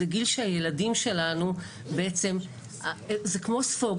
זה גיל שהילדים שלנו הם בעצם כמו ספוג,